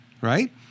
right